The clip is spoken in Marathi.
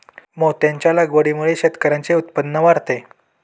मोत्यांच्या लागवडीमुळे शेतकऱ्यांचे उत्पन्न वाढते